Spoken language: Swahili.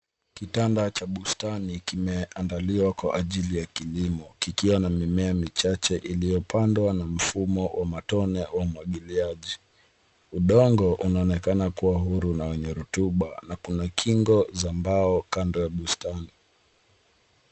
Kitanda cha bustani kimeandaliwa kwa ajili ya kilimo, kikiwa na mimea michache iliyopandwa na mfumo wa matone au umwagiliaji. Udongo unaonekana kuwa huru na wenye rotuba na kuna kingo za mbao kando ya bustani.